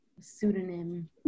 Pseudonym